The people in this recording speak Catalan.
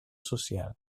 social